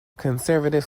conservative